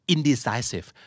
Indecisive